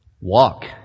Walk